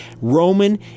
Roman